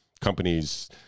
companies